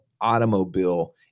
automobile